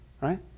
Right